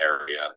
area